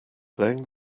playing